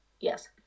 Yes